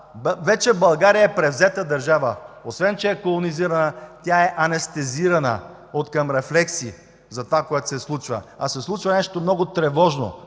да! България вече е превзета държава. Освен че е колонизирана, тя е анестезирана откъм рефлекси за това, което се случва. Случва се обаче нещо много тревожно,